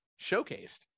showcased